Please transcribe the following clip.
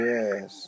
Yes